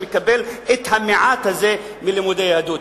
שמקבל את המעט הזה מלימודי יהדות.